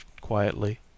quietly